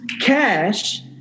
cash